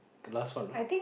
last one right